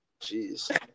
Jeez